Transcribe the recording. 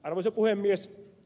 arvoisa puhemies